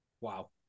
Wow